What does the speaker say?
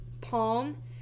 palm